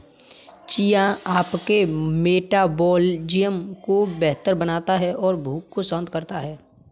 chia आपके metabolism को बेहतर बनाता है और भूख को शांत करता है